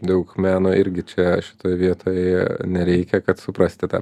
daug meno irgi čia šitoj vietoj nereikia kad suprasti tą